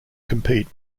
compete